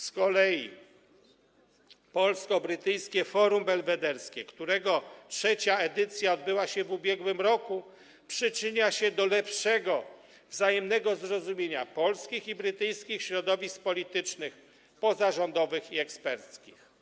Z kolei Polsko-Brytyjskie Forum Belwederskie, którego trzecia edycja odbyła się w ubiegłym roku, przyczynia się do lepszego wzajemnego zrozumienia polskich i brytyjskich środowisk politycznych, pozarządowych i eksperckich.